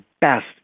best